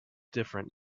different